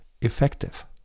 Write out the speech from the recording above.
effective